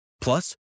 Plus